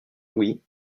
louis